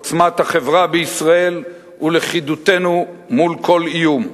עוצמת החברה בישראל ולכידותנו מול כל איום.